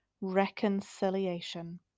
reconciliation